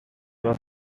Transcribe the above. was